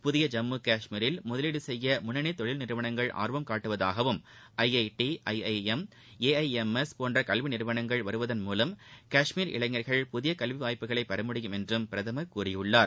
புதிய ஜம்மு காஷ்மீரில் முதலீடு செய்ய முன்னணி தொழில் நிறுவனங்கள் ஆர்வம் காட்டுவதாகவும் ஐஐடி ஐஐஎம் ஏஐஎம்எஸ் போன்ற கல்வி நிறுவனங்கள் வருவதன் மூலம் காஷ்மீர் இளைஞர்கள் புதிய கல்வி வாய்ப்புகளை பெறமுடியும் என்றும் கூறியிருக்கிறார்